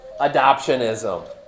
adoptionism